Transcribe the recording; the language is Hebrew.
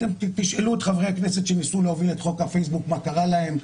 אתם תשאלו את חברי הכנסת שניסו להוביל את חוק הפייסבוק מה קרה להם,